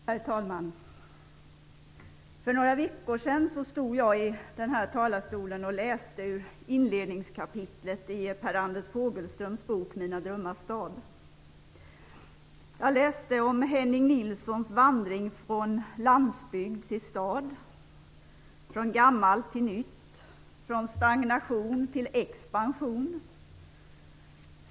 Herr talman! För några veckor sedan stod jag i denna talarstol och läste ur inledningskapitlet i Per Anders Fogelströms bok Mina drömmars stad. Jag läste om Henning Nilssons vandring från landsbygd till stad, från gammalt till nytt, från stagnation till expansion.